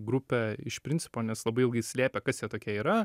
grupė iš principo nes labai ilgai slėpė kas jie tokie yra